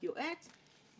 שעשו מלאכת קודש.